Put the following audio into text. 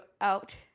out